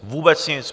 Vůbec nic!